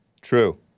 True